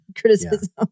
criticism